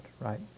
right